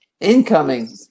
incoming